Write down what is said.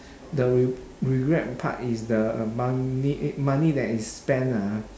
the regret part is the uh money eh money that is spent lah ha